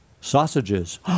sausages